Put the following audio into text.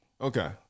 okay